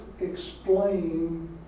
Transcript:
explain